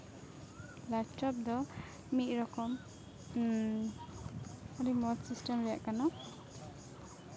laptop ᱫᱚ ᱢᱤᱫ ᱨᱚᱠᱚᱢ ᱟᱹᱰᱤ ᱢᱚᱡᱽ ᱥᱤᱥᱴᱮᱢ ᱨᱮᱭᱟᱜ ᱠᱟᱱᱟ